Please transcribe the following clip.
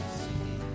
see